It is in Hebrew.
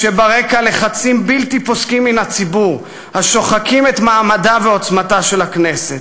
כשברקע לחצים בלתי פוסקים מן הציבור השוחקים את מעמדה ועוצמתה של הכנסת: